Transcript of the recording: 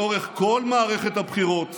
לאורך כל מערכת הבחירות